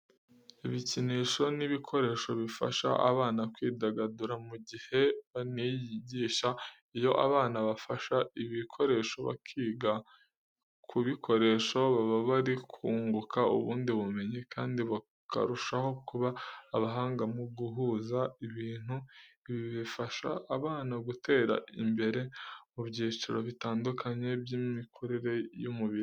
Ibikinisho n'ibikoresho bifasha abana kwidagadura mu gihe baniyigisha. Iyo abana bafashe ibikinisho bakiga kubikoresha, baba bari kunguka ubundi bumenyi kandi bakarushaho kuba abahanga mu guhuza ibintu. Ibi bifasha abana gutera imbere mu byiciro bitandukanye by'imikurire y'umubiri.